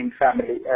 family